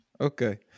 Okay